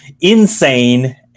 insane